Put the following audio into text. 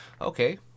Okay